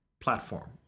platform